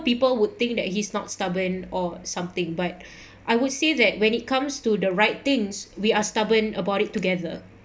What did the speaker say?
people would think that he's not stubborn or something but I would say that when it comes to the right things we are stubborn about it together